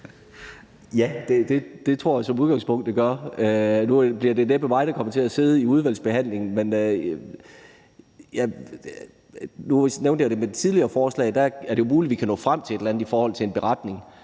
Ja, det tror jeg som udgangspunkt det gør. Nu bliver det næppe mig, der kommer til at sidde i udvalgsbehandlingen. Nu nævnte jeg i forbindelse med det tidligere forslag, at det er muligt, at vi kan nå frem til et eller andet i forhold til en beretning.